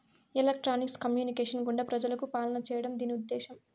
electronics communications గుండా ప్రజలకు పాలన చేయడం దీని ఉద్దేశం